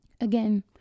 Again